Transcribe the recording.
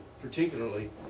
particularly